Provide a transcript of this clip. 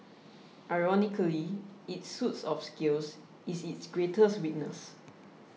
ironically its suit of scales is its greatest weakness